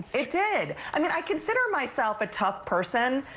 it did. i mean i consider myself a tough person,